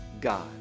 God